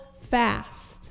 fast